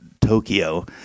Tokyo